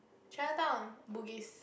Chinatown on Bugis